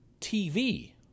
TV